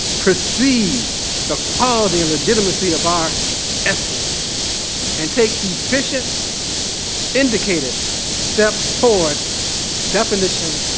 perceive the quality and legitimacy of our essence and take efficient indicated steps toward definition,